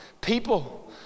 people